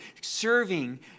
serving